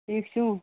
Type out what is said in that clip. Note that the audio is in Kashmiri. ٹھیٖک چھُو